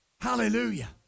Hallelujah